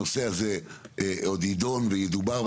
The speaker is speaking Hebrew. הנושא הזה עוד יידון וידובר,